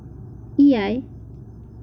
ᱮᱭᱟᱭ